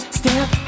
step